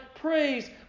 praise